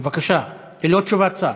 בבקשה, ללא תשובת שר.